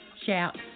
shout